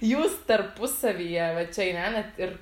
jūs tarpusavyje va čia gyvenat ir